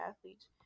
athletes